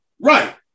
right